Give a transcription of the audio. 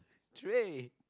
three